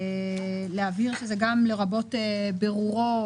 צריך להבהיר שזה גם לרבות בירורו,